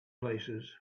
places